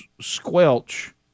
squelch